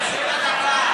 תן לה דקה.